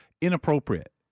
inappropriate